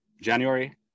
January